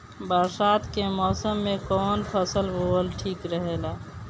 बरसात के मौसम में कउन फसल बोअल ठिक रहेला?